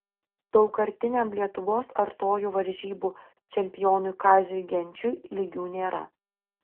daugkartiniam lietuvos artojų varžybų čempionui kaziui genčiui lygių nėra